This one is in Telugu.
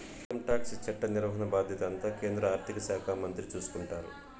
ఇన్కంటాక్స్ చట్ట నిర్వహణ బాధ్యత అంతా కేంద్ర ఆర్థిక శాఖ మంత్రి చూసుకుంటారు